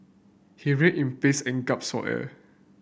he writhed in pains and for air